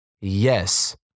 Yes